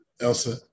Elsa